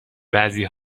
بعضی